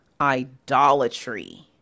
idolatry